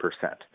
percent